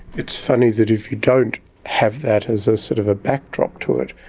it's funny that if you don't have that as a sort of a backdrop to it,